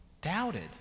doubted